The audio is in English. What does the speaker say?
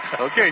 Okay